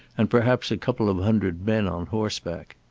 and perhaps a couple of hundred men on horseback.